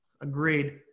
agreed